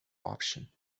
option